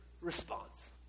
response